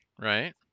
right